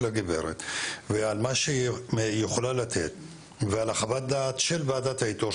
הגברת ועל מה שהיא יכולה לתת ועל חוות הדעת של ועדת האיתור,